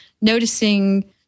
noticing